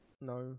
No